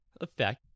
effect